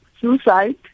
Suicide